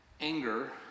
anger